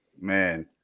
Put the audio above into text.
Man